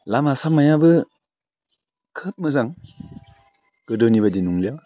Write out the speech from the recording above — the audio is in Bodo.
लामा सामायाबो खोब मोजां गोदोनि बादि नंलिया